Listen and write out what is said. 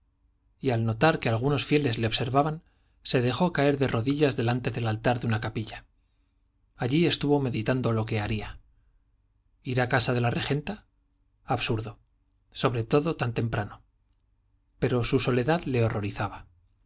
y al notar que algunos fieles le observaban se dejó caer de rodillas delante del altar de una capilla allí estuvo meditando lo que haría ir a casa de la regenta absurdo sobre todo tan temprano pero su soledad le horrorizaba